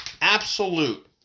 absolute